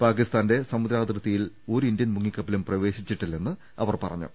പാക്കിസ്ഥാന്റെ സമുദ്രാതിർത്തിയിൽ ഒരു ഇന്ത്യൻ മുങ്ങിക്കപ്പലും പ്രവേശിച്ചിട്ടില്ലെന്ന് അവർ പറഞ്ഞു